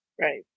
Right